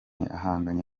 ahanganye